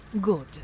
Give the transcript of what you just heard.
Good